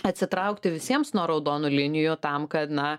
atsitraukti visiems nuo raudonų linijų tam kad na